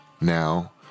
Now